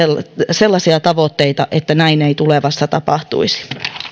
sellaisia tavoitteita että näin ei tulevaisuudessa tapahtuisi